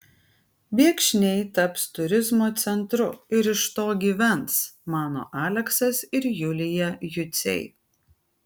viekšniai taps turizmo centru ir iš to gyvens mano aleksas ir julija juciai